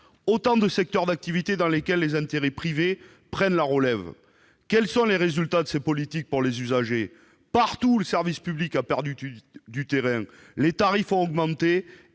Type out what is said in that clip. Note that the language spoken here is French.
autant de secteurs d'activité dans lesquels les intérêts privés prennent la relève. Quels sont les résultats de ces politiques pour les usagers ? Partout où le service public a perdu du terrain, les tarifs ont augmenté